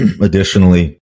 additionally